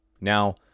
Now